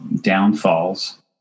downfalls